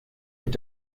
mit